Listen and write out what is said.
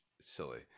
silly